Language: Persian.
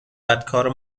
بدکاره